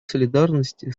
солидарности